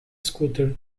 scooter